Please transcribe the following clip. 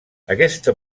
aquesta